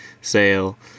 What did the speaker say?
sale